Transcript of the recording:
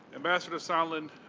ambassador sondland